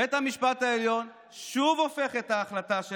בית המשפט העליון שוב הפך את ההחלטה של